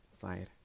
side